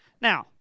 Now